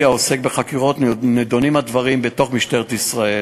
העוסק בחקירות הנדונות במשטרת ישראל.